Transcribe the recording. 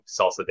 salsa